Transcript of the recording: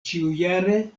ĉiujare